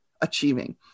achieving